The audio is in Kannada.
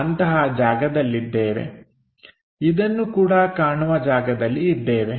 ಅಂತಹ ಜಾಗದಲ್ಲಿದ್ದೇವೆ ಇದನ್ನು ಕೂಡ ಕಾಣುವ ಜಾಗದಲ್ಲಿ ಇದ್ದೇವೆ